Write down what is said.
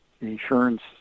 insurance